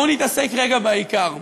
בואו נתעסק רגע בעיקר.